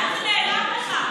לאן זה נעלם לך?